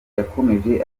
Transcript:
yakomeje